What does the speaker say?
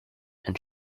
and